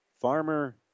Farmer